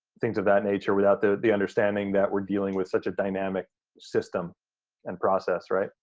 things of that nature without the the understanding that we're dealing with such a dynamic system and process. right?